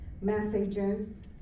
messages